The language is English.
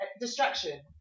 Distraction